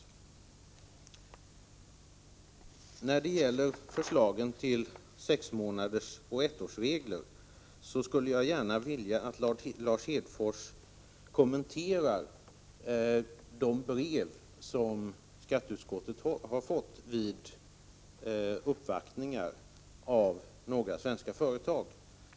När det gäller förslaget till sexmånadersoch ettårsregler skulle jag gärna vilja att Lars Hedfors kommenterar de brev som skatteutskottet har fått vid uppvaktningar av några svenska företag.